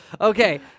Okay